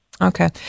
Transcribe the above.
Okay